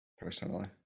Personally